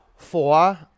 Four